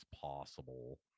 possible